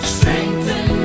Strengthen